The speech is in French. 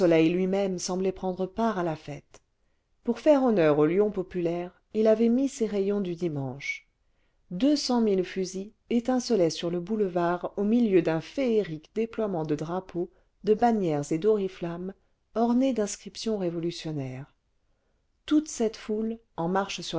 lui-même semblait prendre part à la fête pour faire honneur au lion populaire il avait mis ses rayons du dimanche deux cent mille fusils étincelaient sur le boulevard au milieu d'un féerique déploiement de drapeaux de bannières et d'oriflammes ornés d'inscriptions révolutionnaires toute cette foule en marche